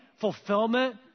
fulfillment